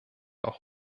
auch